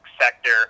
sector